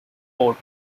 port